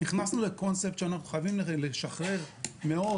נכנסנו לקונספט שאנחנו חייבים לשחרר מאות